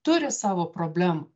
turi savo problemą